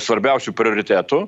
svarbiausiu prioritetu